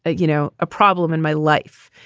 ah you know, a problem in my life.